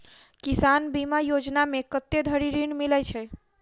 किसान बीमा योजना मे कत्ते धरि ऋण मिलय छै?